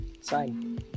sign